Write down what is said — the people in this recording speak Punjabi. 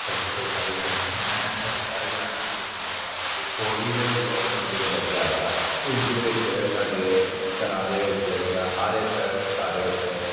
ਸਤਿ ਸ਼੍ਰੀ ਅਕਾਲ ਸਾਰੇ ਜਣਿਆਂ ਨੂੰ ਮੈਂ ਤੁਹਾਡੇ ਸਾਰੇ ਜਣਿਆਂ ਨੂੰ ਦੱਸਣਾ ਚਾਹਾਂਗਾ ਵੀ ਕੋਵਿਡ ਲੋਕਡਾਊਨ ਜਦੋਂ ਲੱਗਿਆ ਵਾ ਇਸ ਦੇ ਵਿੱਚ ਸਾਡੇ ਘਰਾਂ ਦੇ ਵਿੱਚ ਜਿਹੜੇ ਆ ਹਰ ਇੱਕ ਘਰ ਵਿੱਚ